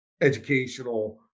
educational